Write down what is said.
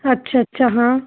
अच्छा अच्छा हाँ